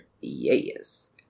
Yes